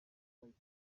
bahita